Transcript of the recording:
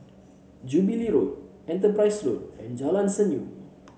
Jubilee Road Enterprise Road and Jalan Senyum